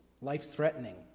life-threatening